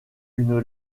une